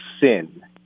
sin